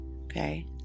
Okay